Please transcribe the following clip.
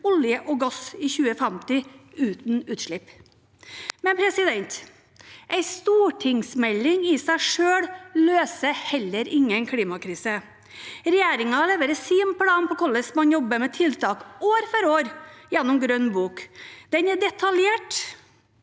olje og gass i 2050 uten utslipp? En stortingsmelding løser i seg selv heller ikke en klimakrise. Regjeringen leverer sin plan for hvordan man jobber med tiltak, år for år, gjennom Grønn bok. Den er detaljert